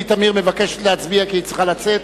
תמיר מבקשת להצביע כי היא צריכה לצאת.